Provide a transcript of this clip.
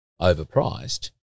overpriced